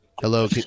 Hello